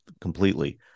completely